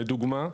לדוגמה,